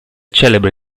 celebre